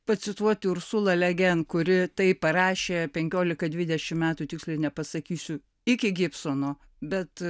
pacituoti ursulą legen kuri taip parašė penkiolika dvidešim metų tiksliai nepasakysiu iki gibsono bet